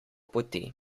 poti